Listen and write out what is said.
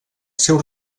seu